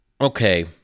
okay